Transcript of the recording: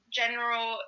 general